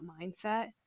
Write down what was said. mindset